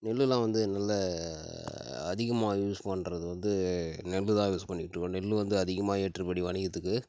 நெல்லுலாம் வந்து நல்ல அதிகமாக யூஸ் பண்ணுறது வந்து நெல் தான் யூஸ் பண்ணிட்டுருக்கோம் நெல் வந்து அதிகமாக ஏற்றுமடி வணிகத்துக்கு